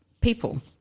people